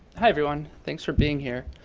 hi everyone, thanks for being here.